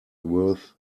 worth